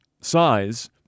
size